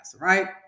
Right